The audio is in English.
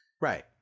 Right